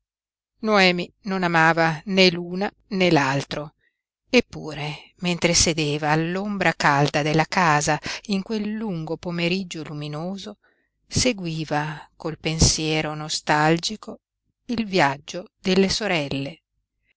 noemi non amava né l'una né l'altro eppure mentre sedeva all'ombra calda della casa in quel lungo pomeriggio luminoso seguiva col pensiero nostalgico il viaggio delle sorelle